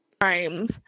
times